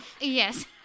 yes